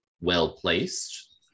well-placed